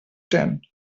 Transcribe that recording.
tent